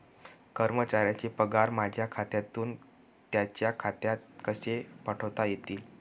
कर्मचाऱ्यांचे पगार माझ्या खात्यातून त्यांच्या खात्यात कसे पाठवता येतील?